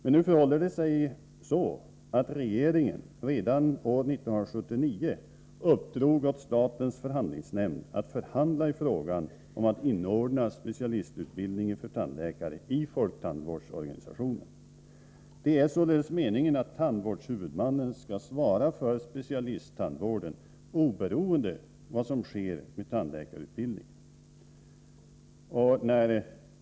Men det förhåller sig så att regeringen redan 1979 uppdrog åt statens förhandlingsnämnd att förhandla i fråga om att inrymma specialistutbildningen för tandläkare i folktandvårdsorganisationen. Det är således meningen att tandvårdshuvudmannen skall svara för specialisttandvården oavsett vad som sker med tandläkarutbildningen.